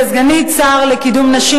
כשנכנסתי לתפקידי כסגנית שר לקידום נשים,